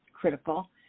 critical